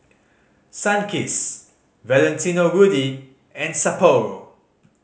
Sunkist Valentino Rudy and Sapporo